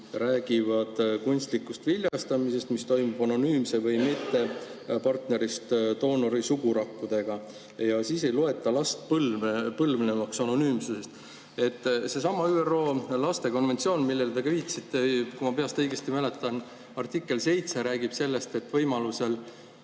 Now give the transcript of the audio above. räägivad kunstlikust viljastamisest, mis toimub anonüümse või mittepartnerist doonori sugurakkudega. Siis ei loeta last põlvnevaks [sellest] anonüümsest doonorist. Seesama ÜRO laste konventsioon, millele te viitasite, kui ma peast õigesti mäletan, artikkel 7 räägib sellest, et võimaluse